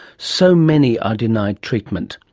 so many are denied treatment.